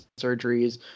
surgeries